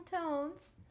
tones